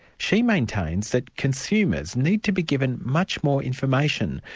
she maintains that consumers need to be given much more information,